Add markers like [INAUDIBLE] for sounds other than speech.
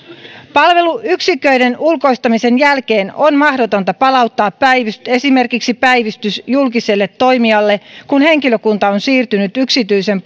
palveluyksiköiden ulkoistamisen jälkeen on mahdotonta palauttaa esimerkiksi päivystys julkiselle toimijalle kun henkilökunta on siirtynyt yksityisen [UNINTELLIGIBLE]